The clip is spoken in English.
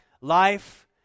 Life